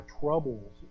troubles